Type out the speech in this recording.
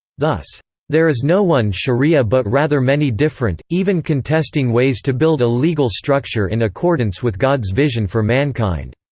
thus there is no one sharia but rather many different, even contesting ways to build a legal structure in accordance with god's vision for mankind.